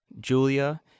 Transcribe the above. Julia